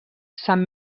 sant